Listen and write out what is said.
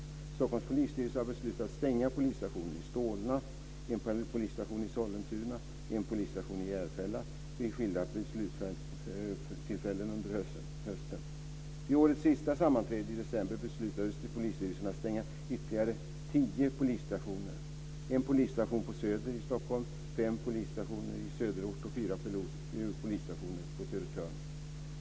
Stockholms polisstyrelse har beslutat stänga polisstationen i Solna, en polisstation i Sollentuna och en polisstation i Järfälla vid skilda beslutstillfällen under hösten. Vid årets sista sammanträde i december beslutade polisstyrelsen att stänga ytterligare tio polisstationer: en polisstation på Söder i Stockholm, fem polisstationer i Söderort och fyra polisstationer på Södertörn.